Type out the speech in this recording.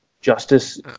Justice